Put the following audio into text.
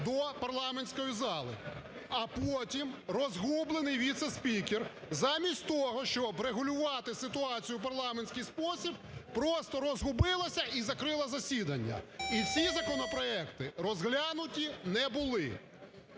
до парламентської зали, а потім розгублений віце-спікер замість того, щоб регулювати ситуацію в парламентський спосіб, просто розгубилася і закрила засідання і ці законопроекти розглянуті не були.